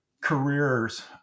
careers